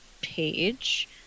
page